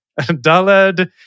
Daled